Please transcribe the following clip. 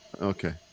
Okay